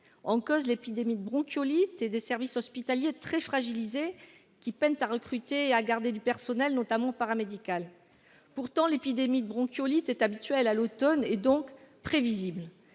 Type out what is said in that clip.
en cause l'épidémie de bronchiolite et des services hospitaliers très fragilisé qui peinent à recruter et à garder du personnel notamment paramédical, pourtant, l'épidémie de bronchiolite est habituel à l'Automne et donc prévisible,